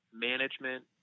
management